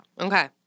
Okay